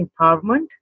empowerment